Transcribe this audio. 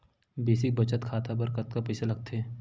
Basic बचत खाता बर कतका पईसा लगथे?